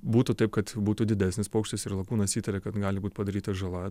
būtų taip kad būtų didesnis paukštis ir lakūnas įtaria kad gali būt padaryta žala